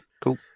Cool